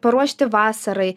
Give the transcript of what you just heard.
paruošti vasarai